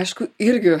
aišku irgi